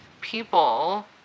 people